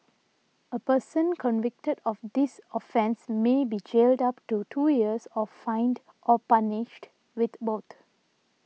a person convicted of this offence may be jailed up to two years or fined or punished with both